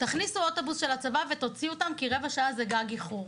תכניסו אוטובוס של הצבא ותוציאו אותם כי רבע שעה זה גג איחור.